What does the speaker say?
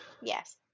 Yes